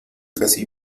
casi